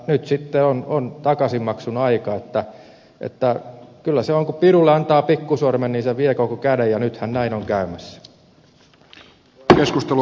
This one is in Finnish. nyt sitten on takaisinmaksun aika niin että kyllä se niin on että kun pirulle antaa pikkusormen niin se vie koko käden